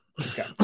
Okay